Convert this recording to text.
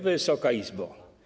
Wysoka Izbo!